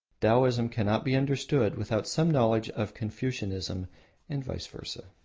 taoism cannot be understood without some knowledge of confucianism and vice versa.